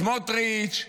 סמוטריץ',